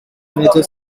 major